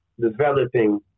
developing